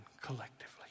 collectively